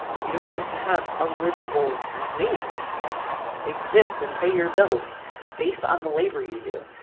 you deserve to have a livable wage and exist then pay your bills based on the labor you do!